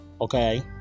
Okay